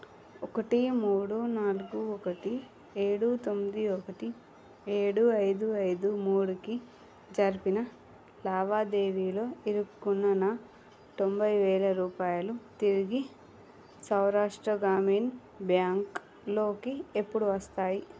ఒకటి మూడు నాలుగు ఒకటి ఏడు తొమ్మిది ఒకటి ఏడు ఐదు ఐదు మూడుకి జరిపిన లావాదేవీలో ఇరుక్కున్న నా తొంభై వేల రూపాయలు తిరిగి సౌరాష్ట్ర గ్రామీణ బ్యాంక్ లోకి ఎప్పుడు వస్తాయి